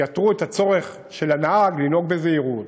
ייתרו את הצורך של הנהג לנהוג בזהירות,